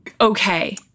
okay